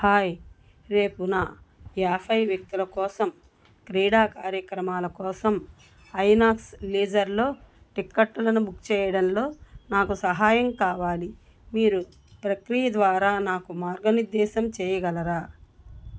hi రేపు న యాభై వ్యక్తుల కోసం క్రీడా కార్యక్రమాలు కోసం ఐనాక్స్ లీజర్లో టిక్కెట్లను బుక్ చేయడంలో నాకు సహాయం కావాలి మీరు ప్రక్రియ ద్వారా నాకు మార్గనిర్దేశం చేయగలరా